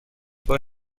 بار